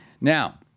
Now